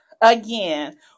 Again